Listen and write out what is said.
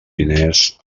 diners